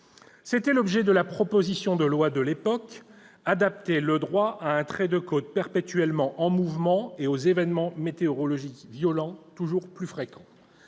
était l'objet de la proposition de loi initiale : adapter le droit à un trait de côte perpétuellement en mouvement et aux événements météorologiques violents, toujours plus fréquents.